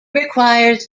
requires